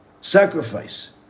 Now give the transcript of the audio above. sacrifice